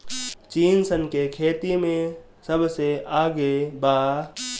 चीन सन के खेती में सबसे आगे बा